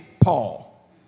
Paul